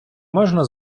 можна